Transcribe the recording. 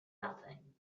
nothing